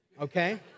okay